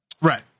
Right